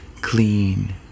clean